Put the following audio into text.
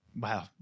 wow